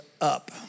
up